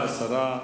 10,